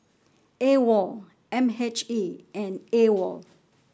AWOL M H E and AWOL